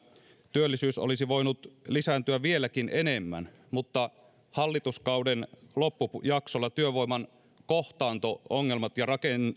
työllisyys olisi voinut lisääntyä vieläkin enemmän mutta hallituskauden loppujaksolla työvoiman kohtaanto ongelmat ja